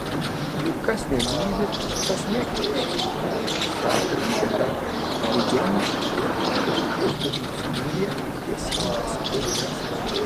juk kas nemyli tas nekenčia sako lydeka ifigenija ir rašo upės dugno smėlyje ilgesingas eiles